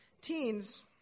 Teens